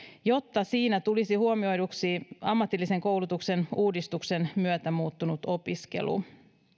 jotta siinä tulisi huomioiduksi ammatillisen koulutuksen uudistuksen myötä muuttunut opiskelu